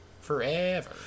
forever